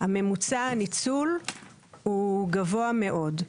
ממוצע הניצול הוא גבוה מאוד,